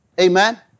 Amen